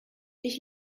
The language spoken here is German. ich